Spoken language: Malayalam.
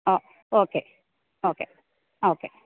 ആ ഓക്കെ ഓക്കെ ഓക്കെ